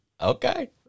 Okay